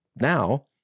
Now